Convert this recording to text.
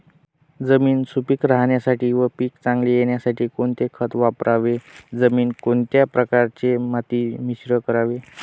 जमीन सुपिक राहण्यासाठी व पीक चांगले येण्यासाठी कोणते खत वापरावे? जमिनीत कोणत्या प्रकारचे माती मिश्रण करावे?